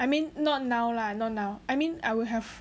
I mean not now lah not now I mean I will have